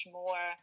more